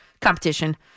competition